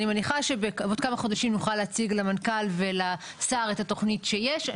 אני מניחה שעוד כמה חודשים נוכל להציג למנכ"ל ולשר את התוכנית שיש.